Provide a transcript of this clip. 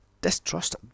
distrust